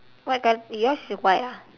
white colour yours is white ah